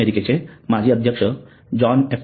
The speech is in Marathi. अमेरिकेचे माजी अध्यक्ष जॉन एफ